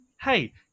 Hey